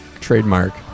Trademark